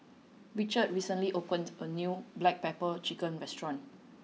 Richard recently opened a new black pepper chicken restaurant